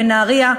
בנהרייה,